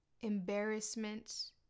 embarrassment